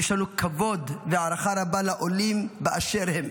יש לנו כבוד והערכה לעולים באשר הם.